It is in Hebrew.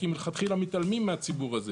כי מלכתחילה מתעלמים מהציבור הזה,